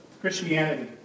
Christianity